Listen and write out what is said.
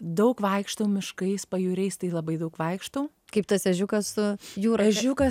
daug vaikštau miškais pajūriais tai labai daug vaikštau kaip tas ežiukas su jūra